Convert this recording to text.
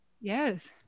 Yes